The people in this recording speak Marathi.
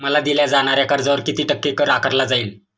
मला दिल्या जाणाऱ्या कर्जावर किती टक्के कर आकारला जाईल?